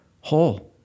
whole